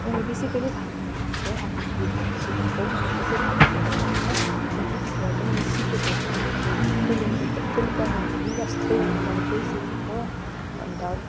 मैले बेसिकली खाना बनाउन चाहिँ आफ्नो दिदीकोबाट सिकेको मैले कसैले पनि सिकाएको होइन दिदीकोबाट मैले सिकेको भन्दा अब त्यसले म त्यसले पकाएको हेरिबस्थेँ अन्त मैले त्यहीँ सिकेको अन्त